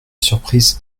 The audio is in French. surprise